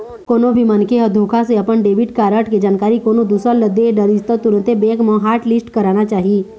कोनो भी मनखे ह धोखा से अपन डेबिट कारड के जानकारी कोनो दूसर ल दे डरिस त तुरते बेंक म हॉटलिस्ट कराना चाही